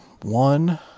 One